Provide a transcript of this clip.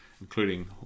including